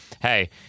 hey